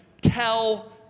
tell